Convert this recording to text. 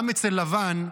גם אצל לבן,